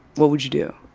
what would you do?